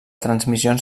transmissions